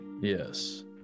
Yes